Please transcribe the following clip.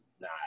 nah